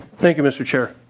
thank you mr. chair.